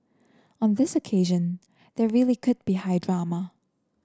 on this occasion there really could be high drama